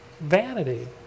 vanity